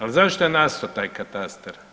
Ali zašto je nastao taj katastar?